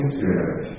Spirit